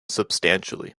substantially